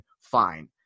fine